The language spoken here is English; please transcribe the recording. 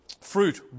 fruit